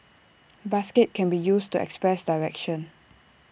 basket can be used to express direction